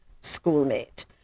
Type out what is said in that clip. schoolmate